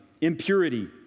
impurity